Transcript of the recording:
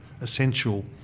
essential